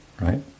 right